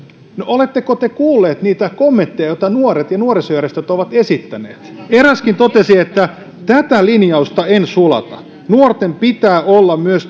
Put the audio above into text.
oletteko te kuulleet niitä kommentteja joita nuoret ja nuorisojärjestöt ovat esittäneet eräskin totesi että tätä linjausta en sulata nuorten pitää olla myös